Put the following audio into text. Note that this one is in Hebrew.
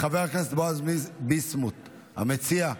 חבר הכנסת בועז ביסמוט, המציע,